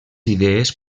idees